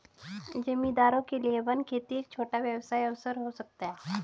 जमींदारों के लिए वन खेती एक छोटा व्यवसाय अवसर हो सकता है